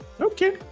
Okay